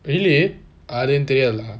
really அது எனக்கு தெரியாது:athu enakku theriyathu lah